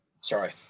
Sorry